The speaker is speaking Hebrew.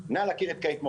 נא להכיר את קייט מוס.